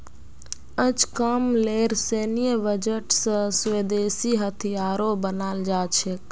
अजकामलेर सैन्य बजट स स्वदेशी हथियारो बनाल जा छेक